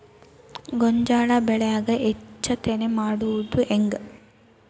ಗೋಂಜಾಳ ಬೆಳ್ಯಾಗ ಹೆಚ್ಚತೆನೆ ಮಾಡುದ ಹೆಂಗ್?